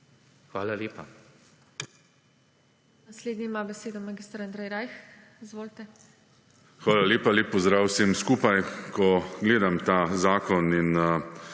Hvala lepa.